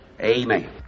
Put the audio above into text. Amen